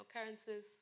occurrences